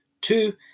Two